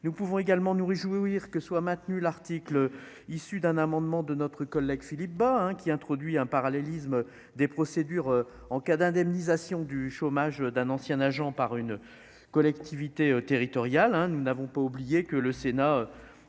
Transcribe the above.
nous pouvons également nous réjouir que soit maintenu l'article issu d'un amendement de notre collègue Philippe Bas qui introduit un parallélisme des procédures en cas d'indemnisation du chômage d'un ancien agent par une collectivité territoriale, nous n'avons pas oublié que le Sénat